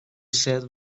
said